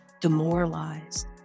demoralized